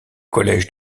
collège